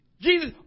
Jesus